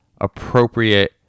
appropriate